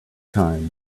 time